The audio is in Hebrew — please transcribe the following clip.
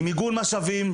עם עיגון משאבים,